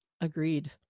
Agreed